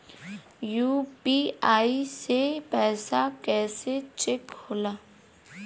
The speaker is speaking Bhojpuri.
यू.पी.आई से पैसा कैसे चेक होला?